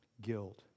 guilt